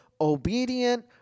obedient